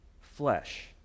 flesh